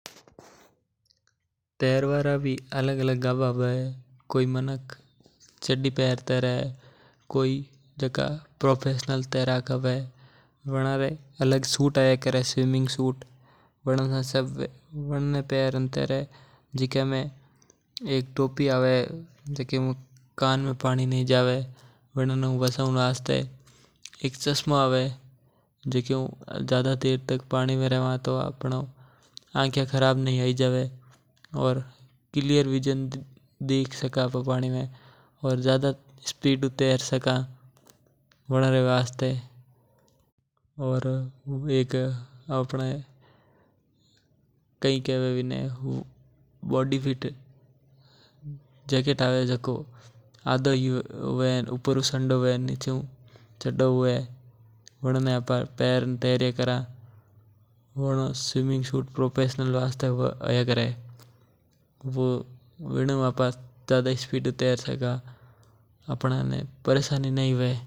तैरवा रा भी अलग-अलग गाबा हवै कै माणक सिर्फ पटलून में तैरे। कै माणक एक सूट आया करे वाणे पेरने तैरे वाणमे एक टोपी होया करे जीके ने पेरवा हु कान में पानी कोनी जावे। एक सूट हवै बनेहु तैरवा में आसानी है जावे और बनमे एक चश्मो आया करे जीके ने पेरवा हु तेरवा में आसानी है जावे जीके हु आंख में पानी कोनी जावे।